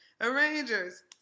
arrangers